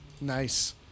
Nice